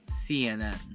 CNN